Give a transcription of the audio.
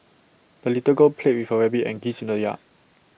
the little girl played with her rabbit and geese in the yard